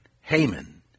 Haman